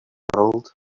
world